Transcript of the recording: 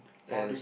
all these